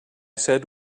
said